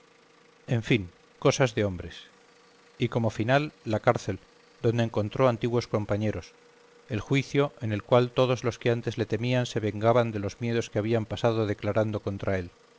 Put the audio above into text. en fin cosas de hombres y como final la cárcel donde encontró antiguos compañeros el juicio en el cual todos los que antes le temían se vengaban de los miedos que habían pasado declarando contra él